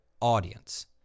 audience